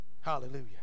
Hallelujah